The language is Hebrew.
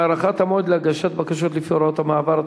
(הארכת המועד להגשת בקשות לפי הוראות המעבר),